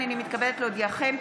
הינני מתכבדת להודיעכם,